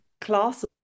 class